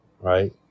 right